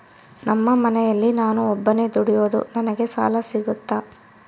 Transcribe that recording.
ನಮ್ಮ ಮನೆಯಲ್ಲಿ ನಾನು ಒಬ್ಬನೇ ದುಡಿಯೋದು ನನಗೆ ಸಾಲ ಸಿಗುತ್ತಾ?